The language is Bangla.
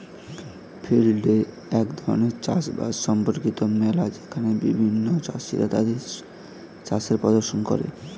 ফিল্ড ডে এক ধরণের চাষ বাস সম্পর্কিত মেলা যেখানে বিভিন্ন চাষীরা তাদের চাষের প্রদর্শন করে